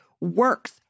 works